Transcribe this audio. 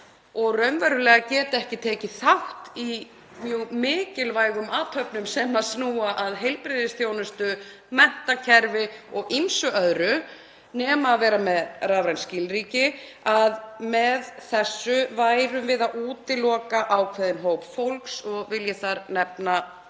raunverulega ekki tekið þátt í mjög mikilvægum athöfnum sem snúa að heilbrigðisþjónustu, menntakerfi og ýmsu öðru nema að vera með rafræn skilríki, værum við með þessu að útiloka ákveðinn hóp fólks og vil ég þar nefna fólk